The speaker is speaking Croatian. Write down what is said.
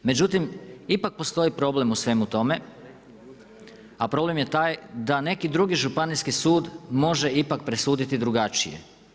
Međutim, ipak postoji problem u svemu tome, a problem je taj da neki drugi županijski sud može ipak presuditi drugačije.